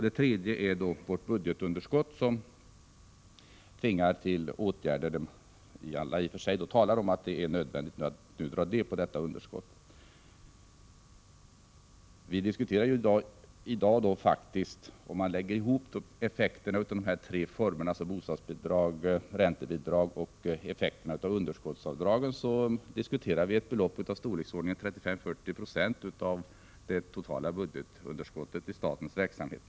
Det tredje är statens budgetunderskott, som tvingar till åtgärder. I och för sig talar nu alla om att det är nödvändigt att dra ner på detta underskott. Om man lägger ihop de tre formerna av statligt stöd, bostadsbidrag, räntebidrag och underskottsavdragens effekter, blir det faktiskt ett belopp i storleksordningen 35-40 96 av det totala budgetunderskottet i statens verksamhet.